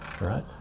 right